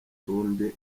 utundi